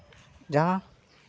ᱡᱟᱦᱟᱸ